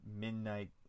midnight